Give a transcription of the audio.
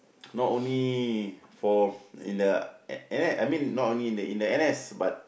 not only for in the N_S I mean not only in the N_S but